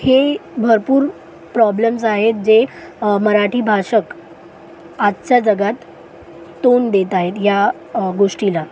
हे भरपूर प्रॉब्लम्स आहेत जे मराठी भाषक आजच्या जगात तोंड देत आहेत या गोष्टीला